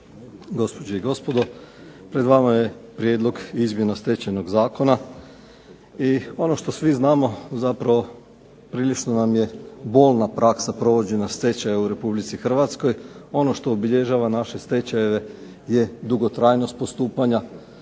Gospođe i gospodo. Pred vama je Prijedlog izmjena Stečajnog zakona i ono što svi znamo zapravo prilično nam je bolna praksa provođenja stečaja u Republici Hrvatskoj. Ono što obilježava naše stečajeve je dugotrajnost postupanja.